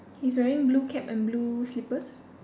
he's wearing blue cap and blue slippers